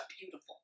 beautiful